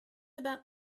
about